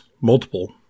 multiple